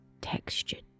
textured